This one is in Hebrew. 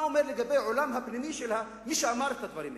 מה זה אומר לגבי העולם הפנימי של מי שאמר את הדברים האלה?